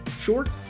short